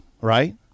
right